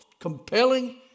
compelling